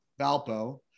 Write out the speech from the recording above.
Valpo